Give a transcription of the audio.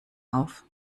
auf